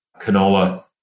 canola